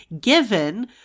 given